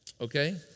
Okay